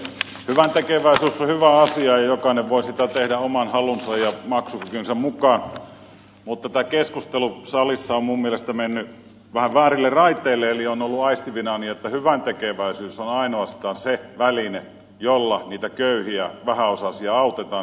hyväntekeväisyys on hyvä asia ja jokainen voi sitä tehdä oman halunsa ja maksukykynsä mukaan mutta tämä keskustelu salissa on minun mielestäni mennyt vähän väärille raiteille eli olen ollut aistivinani että hyväntekeväisyys on ainoastaan se väline jolla niitä köyhiä vähäosaisia autetaan